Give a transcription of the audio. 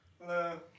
Hello